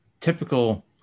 typical